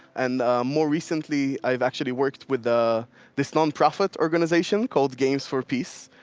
and more recently, i've actually worked with ah this non-profit organization called games for peace,